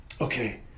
okay